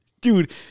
dude